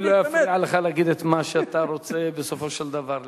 אני לא אפריע לך להגיד את מה שאתה רוצה בסופו של דבר להגיד.